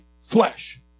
flesh